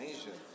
Asia